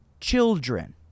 children